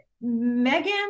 Megan